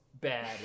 bad